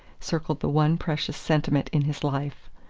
circled the one precious sentiment in his life.